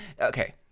okay